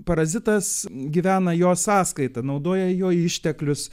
parazitas gyvena jo sąskaita naudoja jo išteklius